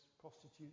prostitutes